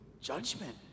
judgment